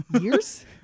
years